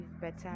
better